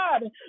God